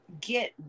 get